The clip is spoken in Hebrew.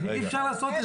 אי אפשר לעשות את זה.